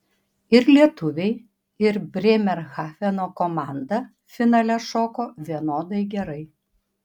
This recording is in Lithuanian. ir lietuviai ir brėmerhafeno komanda finale šoko vienodai gerai